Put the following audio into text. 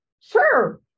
sure